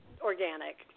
organic